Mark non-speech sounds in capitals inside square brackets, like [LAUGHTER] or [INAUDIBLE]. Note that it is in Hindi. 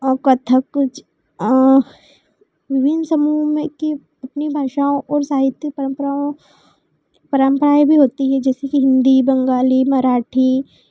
और कथक [UNINTELLIGIBLE] समूहों में की अपनी भाषाओं और साहित्य परंपराओं परंपराएँ भी होती हैं जैसे कि हिंदी बंगाली मराठी